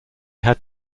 had